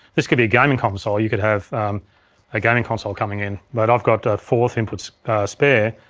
this could be a gaming console, you could have a gaming console coming in. but i've got the fourth input spare.